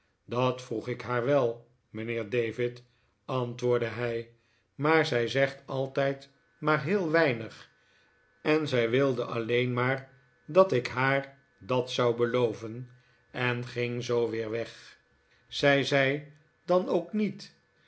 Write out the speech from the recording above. dat vroeg ik haar wel mijnheer david antwoordde hij maar zij zegt altijd maar heel weinig en zij wilde alleen maar dat ik haar dat zou beloven en ging zoo weer weg zei zij dan ook niet